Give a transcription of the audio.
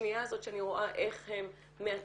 והשנייה הזאת שאני רואה איך הם מאתרים,